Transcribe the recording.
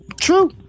True